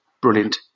Brilliant